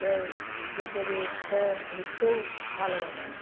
সে দেশের সে ঘুরতেও ভালোবাসে